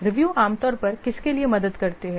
review आमतौर पर किसके लिए मदद करती है